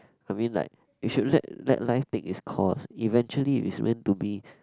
I mean like we should let let life take its course eventually if it's meant to be